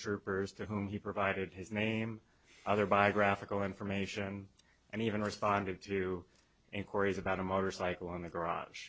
troopers to whom he provided his name other biographical information and even responded to inquiries about a motorcycle in the garage